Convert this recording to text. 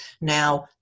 now